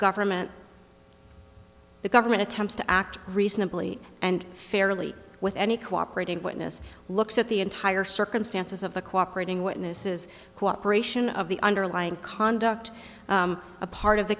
government the government attempts to act reasonably and fairly with any cooperating witness looks at the entire circumstances of the cooperating witnesses cooperation of the underlying conduct a part of the